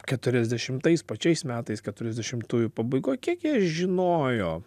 keturiasdešimtais pačiais metais keturiasdešimtųjų pabaigoj kiek jie žinojo